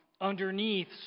underneath